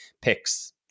picks